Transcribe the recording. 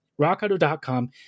rockauto.com